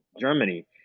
Germany